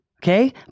Okay